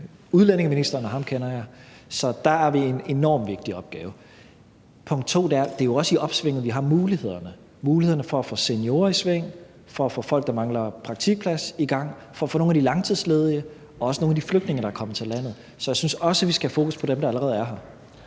udlændingeministeren, og ham kender jeg. Så der er en enormt vigtig opgave. Punkt 2: Det er jo også i opsvinget, vi har mulighederne – mulighederne for at få seniorer i sving, for at få folk, der mangler praktikplads, i gang, for at få nogle af de langtidsledige og også nogle af de flygtninge, der er kommet til landet, i gang. Så jeg synes også, vi skal have fokus på dem, der allerede er her.